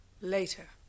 Later